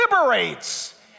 liberates